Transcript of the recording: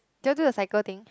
did you do the cycle thing